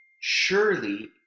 Surely